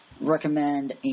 recommend